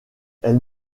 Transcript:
elle